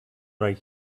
right